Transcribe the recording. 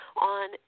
on